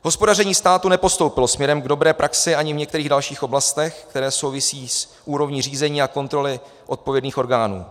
Hospodaření státu nepostoupilo směrem k dobré praxi ani v některých dalších oblastech, které souvisejí s úrovní řízení a kontroly odpovědných orgánů.